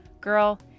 Girl